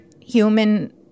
human